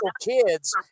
kids